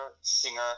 singer